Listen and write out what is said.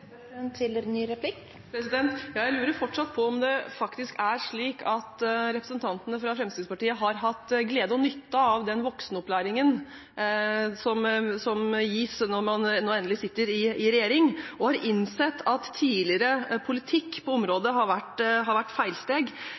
Jeg lurer fortsatt på om det er slik at representantene fra Fremskrittspartiet har hatt glede og nytte av den voksenopplæringen som gis når man nå endelig sitter i regjering, og har innsett at tidligere politikk på området har vært et feilsteg,